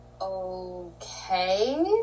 okay